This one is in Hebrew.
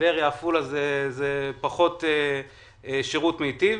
טבריה ועפולה זה פחות שירות מטיב.